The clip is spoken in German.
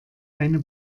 eine